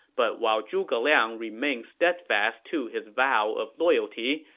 but while zhuge liang remained steadfast to his vow of loyalty,